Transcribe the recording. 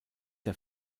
der